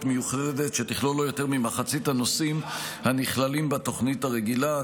מיוחדת שתכלול לא יותר ממחצית הנושאים הנכללים בתוכנית הרגילה.